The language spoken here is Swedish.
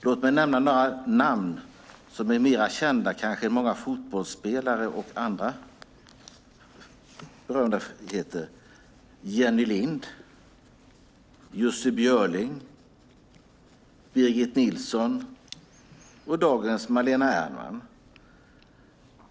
Låt mig nämna några namn som kanske är mer kända än många fotbollsspelare och andra berömdheter: Jenny Lind, Jussi Björling, Birgit Nilsson och dagens Malena Ernman.